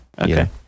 Okay